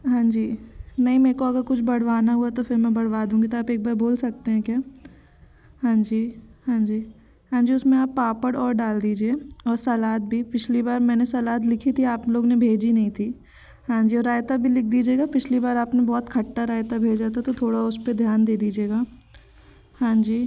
हाँ जी नहीं मे को अगर कुछ बढ़वाना हुआ तो फिर मैं बढ़वा दूँगी तो आप एक बार बोल सकते हैं क्या हाँ जी हाँ जी हाँ जी उसमें आप पापड़ और डाल दीजिए और सलाद भी पिछली बार मैंने सलाद लिखा था आप लोग ने भेजा नहीं थी हाँ जी और रायता भी लिख दीजिएगा पिछली बार आपने बहुत खट्टा रायता भेजा था तो थोड़ा उस पर ध्यान दे दीजिएगा हाँ जी